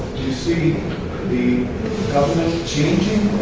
you see the government changing